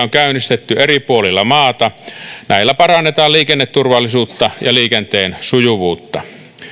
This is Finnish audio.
käynnistetty eri puolilla maata näillä parannetaan liikenneturvallisuutta ja liikenteen sujuvuutta